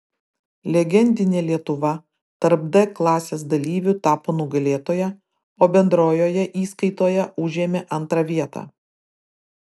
legendinė lietuva tarp d klasės dalyvių tapo nugalėtoja o bendrojoje įskaitoje užėmė antrą vietą